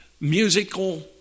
musical